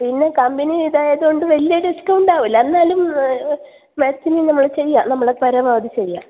പിന്നെ കമ്പനി ഇതായത് കൊണ്ട് വലിയ ഡിസ്കൗണ്ട് ആവില്ല എന്നാലും മാക്സിമം നമ്മൾ ചെയ്യാം നമ്മള പരമാവധി ചെയ്യാം